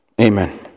Amen